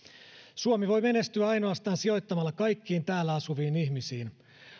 suomi voi menestyä ainoastaan sijoittamalla kaikkiin täällä asuviin ihmisiin